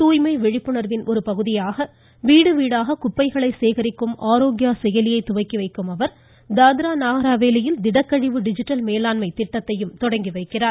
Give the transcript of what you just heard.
தூய்மை விழிப்புண்வின் ஒருபகுதியாக வீடு வீடாக குப்பைகளை சேகரிக்கும் ஆரோக்யா செயலியை துவக்கி வைக்கும் அவர் தாத்ரா நாஹர்ஹவேலியில் திடக்கழிவு டிஜிட்டல் மேலாண்மை திட்டத்தையும் துவக்கி வைக்கிறார்